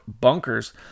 bunkers